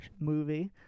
movie